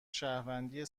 شهروندی